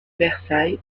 versailles